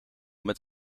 met